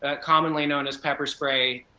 commonly known as pepper spray.